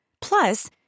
Plus